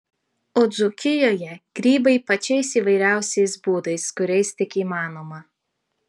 o dzūkijoje grybai pačiais įvairiausiais būdais kuriais tik įmanoma